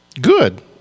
Good